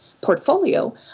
portfolio